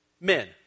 men